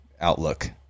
outlook